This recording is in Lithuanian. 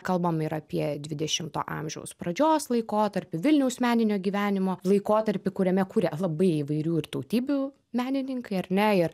kalbam ir apie dvidešimto amžiaus pradžios laikotarpį vilniaus meninio gyvenimo laikotarpį kuriame kūrė labai įvairių ir tautybių menininkai ar ne ir